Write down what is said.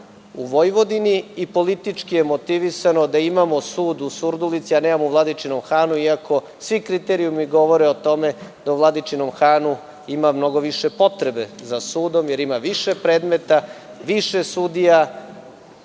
u Vojvodini i politički je motivisano da imamo sud u Surdulici a ne u Vladičinom Hanu iako svi kriterijumi govore o tome da u Vladičinom Hanu ima mnogo više potrebe za sudom jer ima više predmeta, više sudija